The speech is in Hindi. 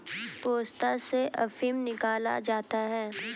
पोस्ता से अफीम निकाला जाता है